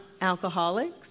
alcoholics